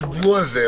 דיברו על זה.